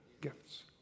gifts